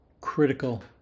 critical